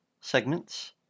segments